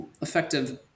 effective